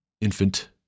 Infant